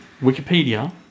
wikipedia